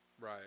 Right